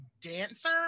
dancer